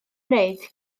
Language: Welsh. wneud